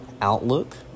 outlook